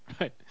Right